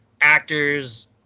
actors